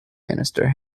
minister